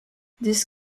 this